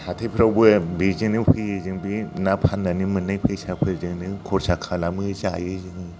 हाथायफ्रावबो बेजोंनो फैयो जों बे ना फान्नानै मोननाय फैसा फोरजोंनो खरसा खालामो जायो जोङो